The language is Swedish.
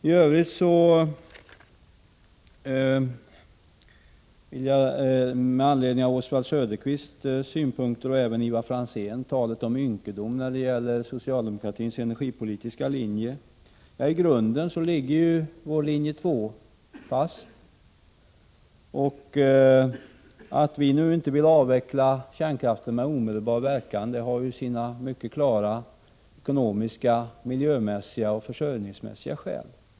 Iövrigt vill jag kommentera Oswald Söderqvists synpunkter och även Ivar Franzéns tal om ynkedomen i socialdemokraternas energipolitiska linje. I grunden ligger vår linje 2 fast. Att vi nu inte vill avveckla kärnkraften med omedelbar verkan har sina mycket klara ekonomiska, miljömässiga och försörjningsmässiga skäl.